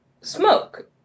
smoke